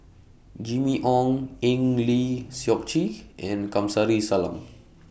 Jimmy Ong Eng Lee Seok Chee and Kamsari Salam